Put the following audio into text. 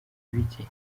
ibiki